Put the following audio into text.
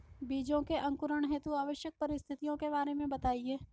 बीजों के अंकुरण हेतु आवश्यक परिस्थितियों के बारे में बताइए